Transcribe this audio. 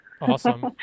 Awesome